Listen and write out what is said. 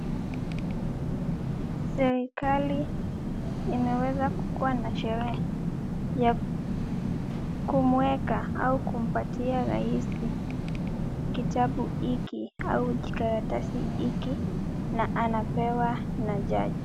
Serikali imeweza kukuwa na sherehe ya kumueka au kumpatia rais kitabu hiki au jikaratasi hiki na anapewa na jaji.